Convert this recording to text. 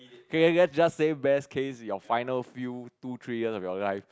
okay just say best case your final few two three years of your life